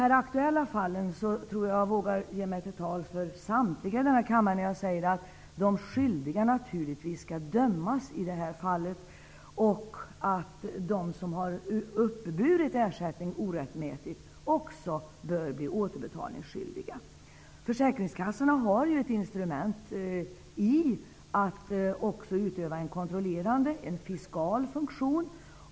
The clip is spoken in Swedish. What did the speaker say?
I de aktuella fallen tror jag att jag vågar göra mig till talesman för samtliga av kammarens ledamöter, när jag säger att de skyldiga naturligtvis skall dömas och att de som har uppburit ersättning orättmätigt också bör bli återbetalningsskyldiga. Försäkringskassorna har ju ett instrument genom utövandet av en kontrollerande, fiskal funktion.